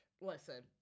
listen